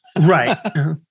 Right